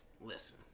Listen